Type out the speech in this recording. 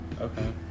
Okay